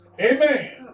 Amen